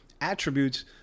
attributes